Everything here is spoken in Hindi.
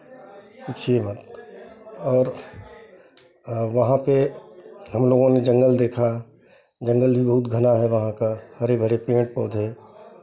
पूछिये मत और वहाँ पे हम लोगों ने जंगल देखा जंगल भी बहुत घना है वहाँ का हरे भरे पेड़ पौधे